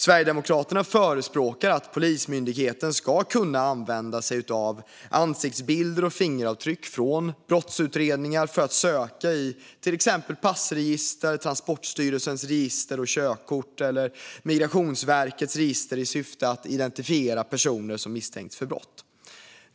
Sverigedemokraterna förespråkar att Polismyndigheten ska kunna använda ansiktsbilder eller fingeravtryck från brottsutredningar för att söka i till exempel passregister, Transportstyrelsens register över körkort eller Migrationsverkets register i syfte att identifiera personer som misstänks för brott.